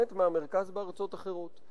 בפרלמנט מהמרכז בארצות האחרות.